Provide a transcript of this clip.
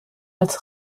als